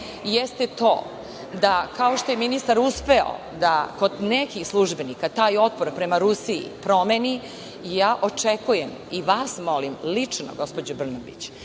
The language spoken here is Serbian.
jeste to da kao što je ministar uspeo da kod nekih službenika taj otpor prema Rusiji promeni, ja očekujem i vas molim lično gospođo Brnabić,